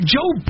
Joe